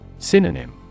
Synonym